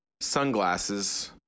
sunglasses